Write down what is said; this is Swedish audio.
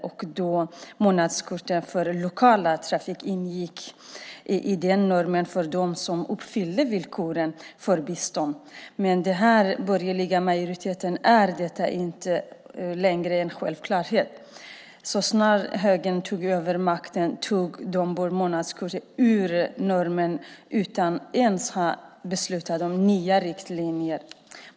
Månadskort för den lokala trafiken ingick i normen för dem som uppfyllde villkoren för bistånd. Med den borgerliga majoriteten är detta inte längre en självklarhet. Så snart högern tog över makten tog man bort månadskortet från normen utan att ens ha beslutat om nya riktlinjer.